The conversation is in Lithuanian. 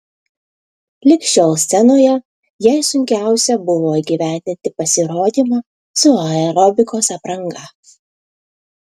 lig šiol scenoje jai sunkiausia buvo įgyvendinti pasirodymą su aerobikos apranga